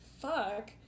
fuck